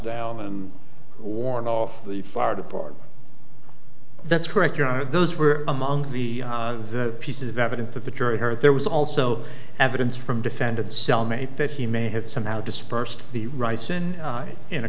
down and oren off the fire department that's correct your honor those were among the pieces of evidence that the jury heard there was also evidence from defended cellmate that he may have somehow dispersed the rice in in a